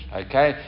okay